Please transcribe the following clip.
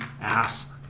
ass